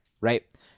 right